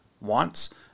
wants